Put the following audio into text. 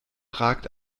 ragt